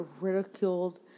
ridiculed